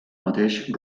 mateix